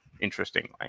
interestingly